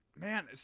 Man